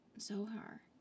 Zohar